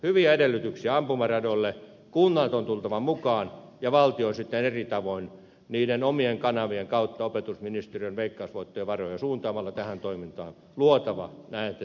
hyviä edellytyksiä ampumaradoille kuntien on tultava mukaan ja valtion on sitten eri tavoin sen omien kanavien kautta opetusministeriön veikkausvoittovaroja suuntaamalla tähän toimintaan luotava edellytykset